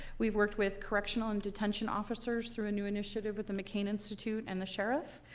we've worked with correctional and detention officers through a new initiative with the mccain institute and the sheriff.